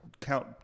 count